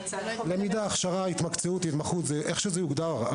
למידה, הכשרה, התמקצעות, התמחות איך שזה יוגדר.